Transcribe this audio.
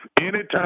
Anytime